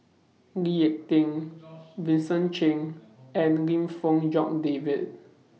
Lee Ek Tieng Vincent Cheng and Lim Fong Jock David